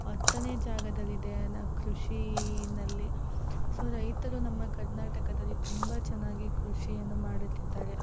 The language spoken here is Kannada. ಹತ್ತನೇ ಜಾಗದಲ್ಲಿದೆ ಕೃಷಿಯಲ್ಲಿ ಸೊ ರೈತರು ನಮ್ಮ ಕರ್ನಾಟಕದಲ್ಲಿ ತುಂಬ ಚೆನ್ನಾಗಿ ಕೃಷಿಯನ್ನು ಮಾಡುತ್ತಿದ್ದಾರೆ